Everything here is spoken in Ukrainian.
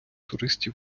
туристів